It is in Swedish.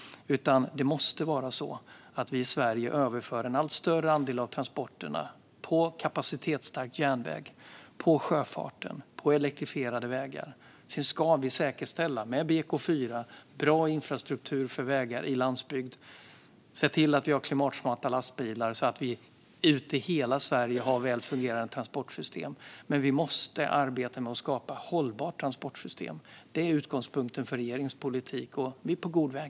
Vi i Sverige måste överföra en allt större andel av transporterna på kapacitetsstark järnväg, på sjöfart och på elektrifierade vägar. Sedan ska vi med BK4 säkerställa bra infrastruktur för vägar på landsbygd och se till att vi har klimatsmarta lastbilar så att vi har ett väl fungerande transportsystem i hela Sverige. Men vi måste arbeta med att skapa ett hållbart transportsystem. Det är utgångspunkten för regeringens politik, och vi är på god väg.